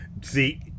See